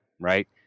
right